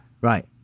Right